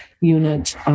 unit